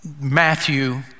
Matthew